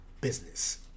business